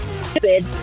stupid